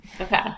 Okay